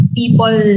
people